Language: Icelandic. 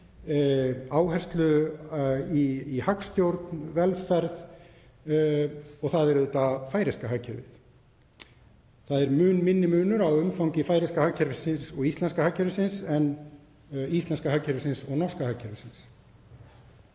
áherslu í hagstjórn og velferð, er auðvitað færeyska hagkerfið. Það er mun minni munur á umfangi færeyska hagkerfisins og íslenska hagkerfisins en íslenska hagkerfisins og norska hagkerfisins.